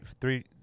Three